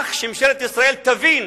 מכך שממשלת ישראל תבין